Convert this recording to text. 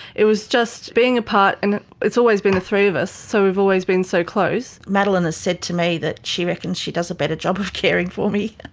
it was just being apart, and it's always been the three of us, so we've always been so close. madeline has said to me that she reckons she does a better job of caring for me